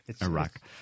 Iraq